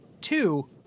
two